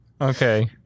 Okay